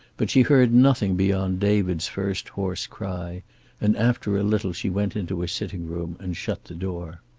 but she heard nothing beyond david's first hoarse cry and after a little she went into her sitting-room and shut the door.